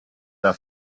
der